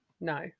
no